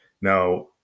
Now